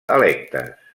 electes